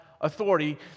authority